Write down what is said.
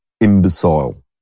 imbecile